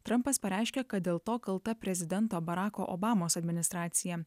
trampas pareiškė kad dėl to kalta prezidento barako obamos administracija